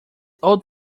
old